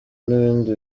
n’ibindi